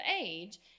age